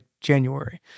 January